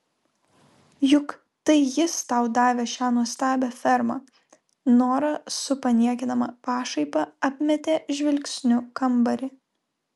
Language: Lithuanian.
juk tai jis tau davė šią nuostabią fermą nora su paniekinama pašaipa apmetė žvilgsniu kambarį